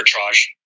arbitrage